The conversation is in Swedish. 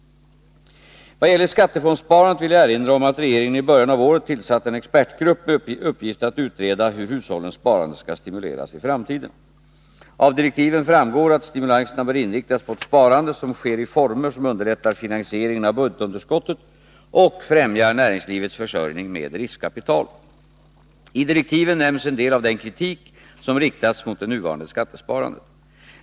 Vad gäller skattefondssparandet vill jag erinra om att regeringen i början av året tillsatte en expertgrupp med uppgift att utreda hur hushållens sparande skall stimuleras i framtiden. Av direktiven framgår att stimulanserna bör inriktas på ett sparande som sker i former som underlättar finansieringen av budgetunderskottet och främjar näringslivets försörjning med riskkapital. I direktiven nämns en del av den kritik som riktats mot det nuvarande skattesparandet.